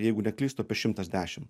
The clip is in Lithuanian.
jeigu neklystu apie šimtas dešim